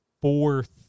fourth